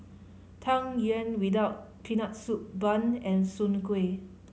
Tang Yuen without Peanut Soup bun and Soon Kuih